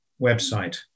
website